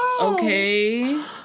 okay